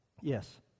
Yes